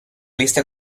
lista